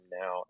now